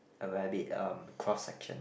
a rabbit um cross section